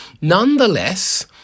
Nonetheless